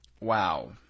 wow